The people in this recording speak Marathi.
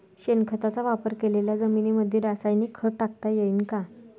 शेणखताचा वापर केलेल्या जमीनीमंदी रासायनिक खत टाकता येईन का?